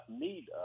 need